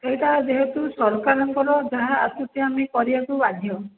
ଏଇଟା ଯେହେତୁ ସରକାରଙ୍କର ଯାହା ଆସୁଛି ଆମେ କରିବାକୁ ବାଧ୍ୟ